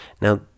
Now